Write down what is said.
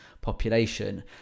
population